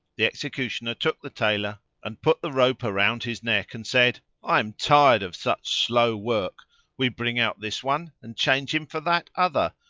the executioner took the tailor and put the rope around his neck and said, i am tired of such slow work we bring out this one and change him for that other,